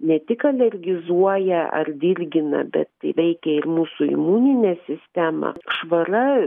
ne tik alergizuoja ar dirgina bet veikia ir mūsų imuninę sistemą švara